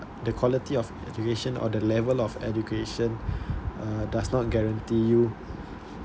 the quality of education or the level of education uh does not guarantee you